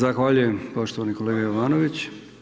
Zahvaljujem poštovani kolega Jovanović.